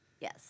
Yes